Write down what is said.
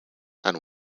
and